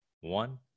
one